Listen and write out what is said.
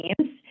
teams